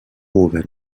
houver